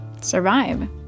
survive